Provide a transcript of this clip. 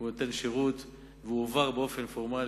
הוא נותן שירות והוא הועבר באופן פורמלי,